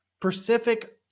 Pacific